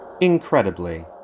Incredibly